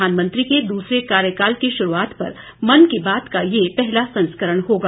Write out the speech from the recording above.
प्रधानमंत्री के दूसरे कार्यकाल की शुरूआत पर मन की बात का यह पहला संस्करण होगा